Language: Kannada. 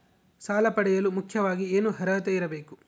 ಸಾಲ ಪಡೆಯಲು ಮುಖ್ಯವಾಗಿ ಏನು ಅರ್ಹತೆ ಇರಬೇಕು?